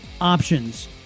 options